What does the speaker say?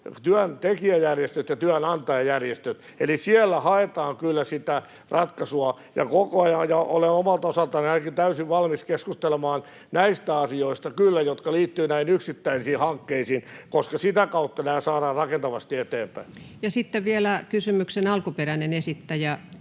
työntekijäjärjestöt ja työnantajajärjestöt. Eli siellä haetaan kyllä sitä ratkaisua koko ajan, ja olen kyllä ainakin omalta osaltani täysin valmis keskustelemaan näistä asioista, jotka liittyvät näihin yksittäisiin hankkeisiin, koska sitä kautta nämä saadaan rakentavasti eteenpäin. [Speech 454] Speaker: Ensimmäinen